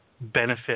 benefit